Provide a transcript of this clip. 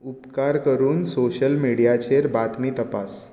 उपकार करून सोशल मिडियाचेर बातमी तपास